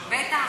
ממך.